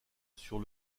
sur